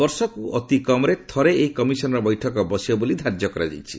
ବର୍ଷକୁ ଅତି କମ୍ରେ ଥରେ ଏହି କମିଶନ୍ ର ବୈଠକ ବସିବ ବୋଲି ଧାର୍ଯ୍ୟ କରାଯାଇଛି